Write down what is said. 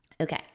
Okay